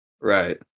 Right